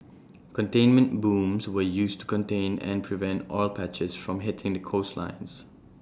containment booms were used to contain and prevent oil patches from hitting the coastlines